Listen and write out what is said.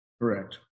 Correct